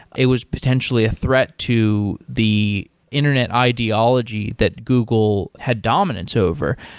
it was potentially a threat to the internet ideology that google had dominance over.